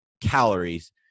calories